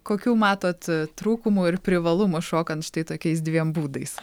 kokių matot trūkumų ir privalumų šokant štai tokiais dviem būdais